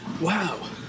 Wow